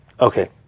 Okay